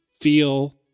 feel